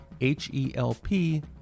H-E-L-P